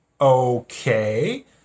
Okay